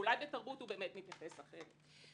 ואולי בתרבות הוא באמת מתייחס אחרת.